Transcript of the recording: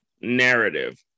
narrative